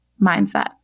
mindset